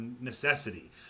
necessity